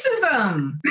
Racism